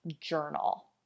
journal